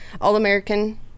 All-American